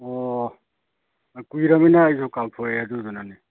ꯑꯣ ꯀꯨꯏꯔꯃꯤꯅ ꯑꯩꯁꯨ ꯀꯥꯎꯊꯣꯛꯑꯦ ꯑꯗꯨꯗꯨꯅꯅꯤ